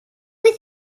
with